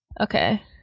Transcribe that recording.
okay